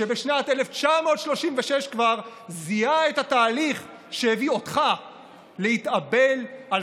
שבשנת 1936 כבר זיהה את התהליך שהביא אותך להתאבל על